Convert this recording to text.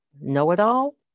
know-it-all